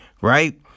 right